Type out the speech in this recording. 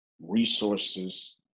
resources